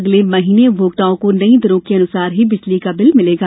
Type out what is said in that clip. अगले महीने उपभोक्ताओं को नई दरों के मुताबिक ही बिजली का बिल मिलेगा